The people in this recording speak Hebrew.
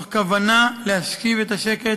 בכוונה להשיב את השקט